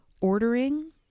ordering